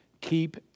keep